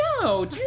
no